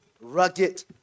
rugged